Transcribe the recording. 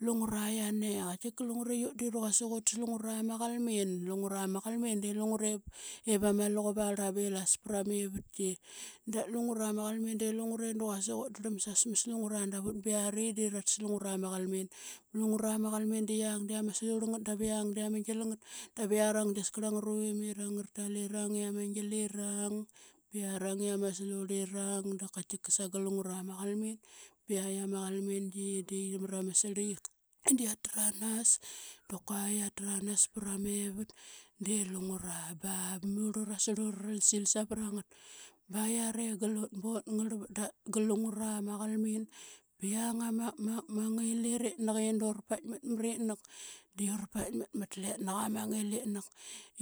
Lungura yiani qaitika lungure i ut de quasik utas lungura ma qalmin. Lungura ma qalmin di lungura ip iva ma luqup arla bilas pra mevatki. Da lungura ma qalmin de lungura da quasik utdrlam sa smas lungura davut ba yiari de ratas lungura ma qalmin. Lungura ma qalmin de yiang de ama slurl ngat dav yiang de ama gil ngat dav yiarang de askarl angarav virmirang. Ngara talirang i am gilirang ba yiarang i ama slurlirang dap kaitka segat lingura ma qalmin, ba yaitk ama qalmingi i da qi marama srliqias i da qaittranas da kua qaitranas pra mevat de lingra Ba murl ura slura ralsil savra ngat ba yiara i gatlut ba ngarlvat da gal lungura ma qalmin. Ba yiang ama ngilitrak i dura paikmat mritnak de uraa paikmat mat letnaqa ma ngilitnak